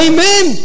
Amen